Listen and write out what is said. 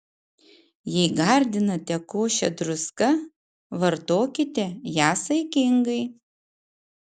jei gardinate košę druska vartokite ją saikingai